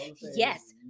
Yes